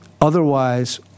otherwise